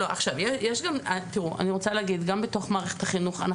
גם תוך מערכת החינוך,